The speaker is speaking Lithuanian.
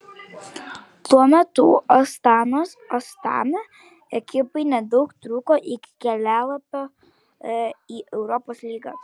tuo metu astanos astana ekipai nedaug trūko iki kelialapio į europos lygą